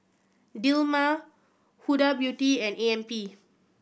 Dilmah Huda Beauty and A M P